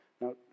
Now